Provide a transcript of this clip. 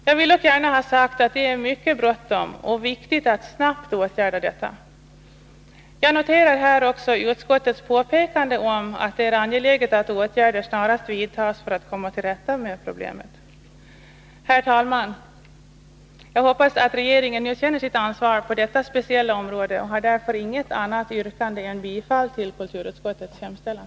Jag vill dock gärna ha sagt att det är mycket viktigt att snabbt sätta in åtgärder. Jag noterar utskottets påpekande att det är angeläget att åtgärder snarast vidtas för att komma till rätta med problemet. Herr talman! Jag hoppas att regeringen nu känner sitt ansvar på detta speciella område och har därför inget annat yrkande än bifall till kulturutskottets hemställan.